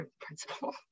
principal